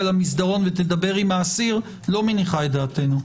למסדרון ותדבר עם האסיר - לא מניחה דעתנו.